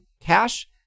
cash